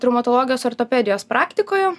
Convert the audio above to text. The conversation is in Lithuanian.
ar traumatologijos ortopedijos praktikoje